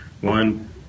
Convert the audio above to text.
one